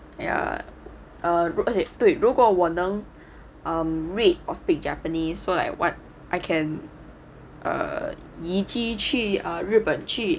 ya um 对如果我能 um read or speak japanese so like what I can err ~去日本去